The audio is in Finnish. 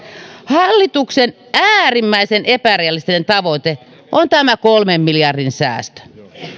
hallituksen äärimmäisen epärealistinen tavoite on tämä kolmen miljardin säästö